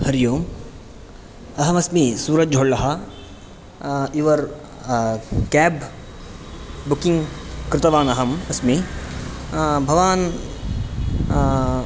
हरि ओं अहमस्मि सूरज् होल्लः your cab booking कृतवानहम् अस्मि भवान्